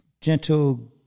gentle